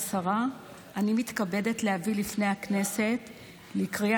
שאנחנו מאחלים לו מכאן מזל טוב.